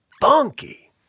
funky